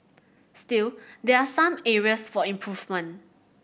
still there are some areas for improvement